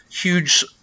huge